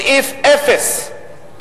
סעיף אפס.